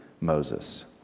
Moses